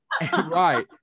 Right